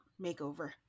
makeover